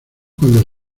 cuando